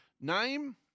name